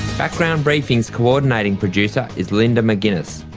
background briefing's coordinating producer is linda mcginness,